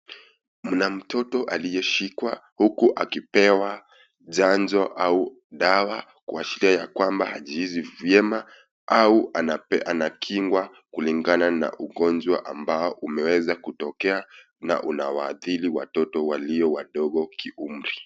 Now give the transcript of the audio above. Mna mtoto aliyeshikwa huku akipewa janjo au dawa kuashiria yakwamba hajihisi vyema au anakingwa kulingana na ugonjwa ambao umeweza kutokea na unawaadhiri watoto walio wadogo kiumri.